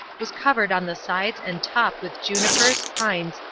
was covered on the sides and top with junipers, pines,